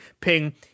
ping